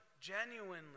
genuinely